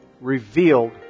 revealed